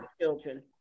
children